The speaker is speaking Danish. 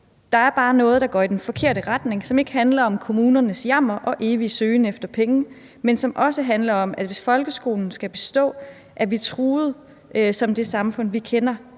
»Der er bare noget, der går i den forkerte retning, som ikke handler om kommunernes jammer og evige søgen efter penge, men som også handler om, at hvis folkeskolen ikke består, er vi truet som det samfund, vi kender.